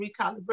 recalibrate